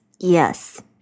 Yes